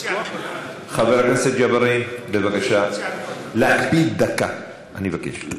להקפיד על דקה, אני מבקש.